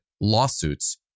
lawsuits